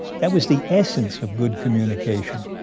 that was the essence of good communication.